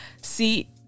See